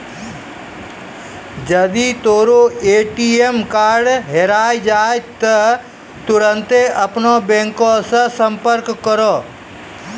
जदि तोरो ATM card हेराय जाय त तुरन्ते अपनो बैंको से संपर्क करो